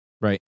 Right